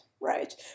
right